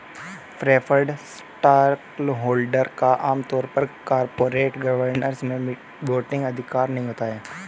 preferred stockholder का आम तौर पर कॉरपोरेट गवर्नेंस में वोटिंग अधिकार नहीं होता है